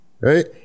right